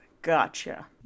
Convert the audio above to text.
Gotcha